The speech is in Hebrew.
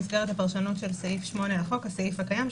במסגרת הפרשנות של סעיף 8 לחוק הסעיף הקיים,